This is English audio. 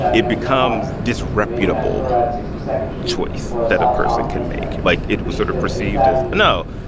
it becomes disreputable choice that a person can make. like, it was sort of perceived as, no,